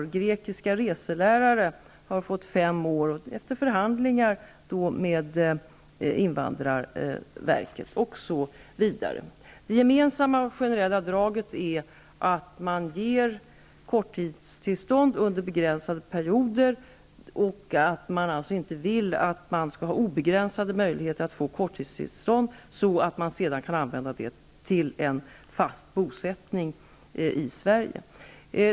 Några grekiska reselärare har fått fem år efter förhandlingar med invandrar verket osv. Det gemensamma generella draget är att man ger korttidstillstånd endast un der begränsade perioder och att man alltså inte vill att det skall finnas obe gränsade möjligheter att få korttidstillstånd, så att dessa kan användas för en fast bosättning i Sverige.